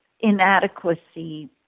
inadequacy